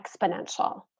exponential